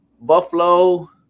Buffalo